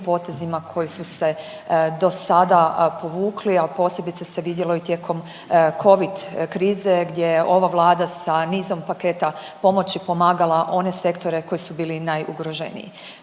potezima koji su se dosada povukli, al posebice se vidjelo i tijekom covid krize gdje je ova Vlada sa nizom paketa pomoći pomagala one sektore koji su bili najugroženiji.